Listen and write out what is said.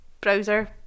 browser